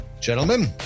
gentlemen